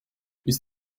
bist